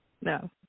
No